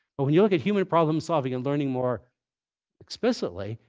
but when you look at human problem solving and learning more explicitly,